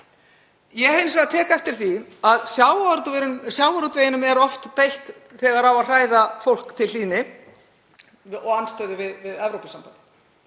Ég tek hins vegar eftir því að sjávarútveginum er oft beitt þegar á að hræða fólk til hlýðni og andstöðu við Evrópusambandið.